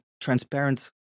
transparent